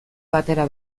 batera